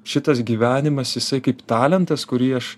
šitas gyvenimas jisai kaip talentas kurį aš